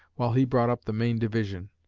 while he brought up the main division.